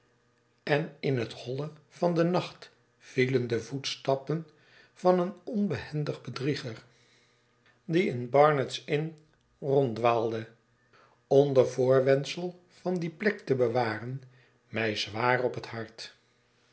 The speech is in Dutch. en in het holle van den nacht vielen de voetstappen van een onbehendig bedrieger die in barnard's inn ronddwaalde onder voorwendsel van die plek te bewaren mij zwaar op het hart